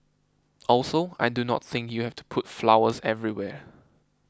also I do not think you have to put flowers everywhere